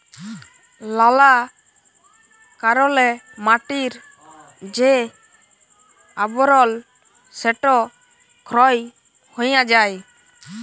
লালা কারলে মাটির যে আবরল সেট ক্ষয় হঁয়ে যায়